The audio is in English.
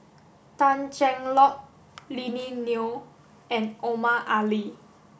Tan Cheng Lock Lily Neo and Omar Ali